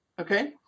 okay